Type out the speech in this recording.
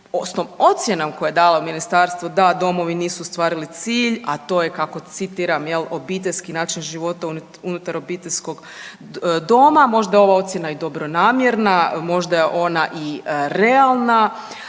s ocjenom koje je dalo ministarstvo da domovi nisu ostvarili cilj, a to je kako citiram jel obiteljski način života unutar obiteljskog doma. Možda je ova ocjena i dobronamjerna, možda je ona i realna,